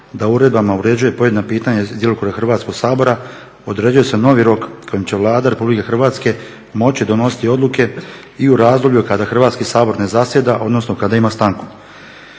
da uredbama uređuje pojedina pitanja iz djelokruga Hrvatskog sabora određuje se novi rok kojim će Vlada Republike Hrvatske moći donositi odluke i u razdoblju kada Hrvatski sabor ne zasjeda, odnosno kada ima stanku.